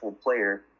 player